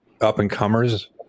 up-and-comers